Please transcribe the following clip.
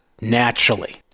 naturally